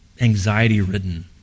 anxiety-ridden